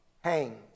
hangs